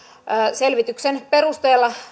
selvityksen perusteella